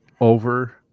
over